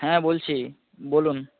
হ্যাঁ বলছি বলুন